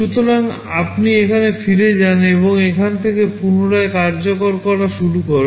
সুতরাং আপনি এখানে ফিরে যান এবং এখান থেকে পুনরায় কার্যকর করা শুরু করুন